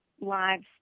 lives